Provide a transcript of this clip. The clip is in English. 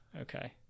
okay